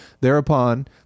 Thereupon